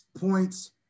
points